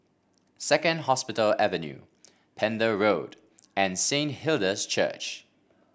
Second Hospital Avenue Pender Road and Saint Hilda's Church